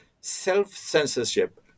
self-censorship